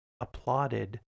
applauded